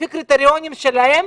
לפי הקריטריונים שלהם,